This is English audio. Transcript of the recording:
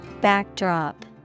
Backdrop